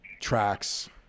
tracks